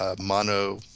Mono